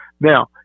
Now